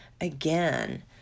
again